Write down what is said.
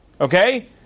okay